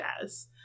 jazz